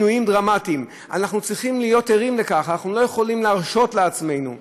שולח לכלא ולמנוע מהם להשתתף בכל מסגרת לימודית